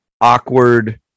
awkward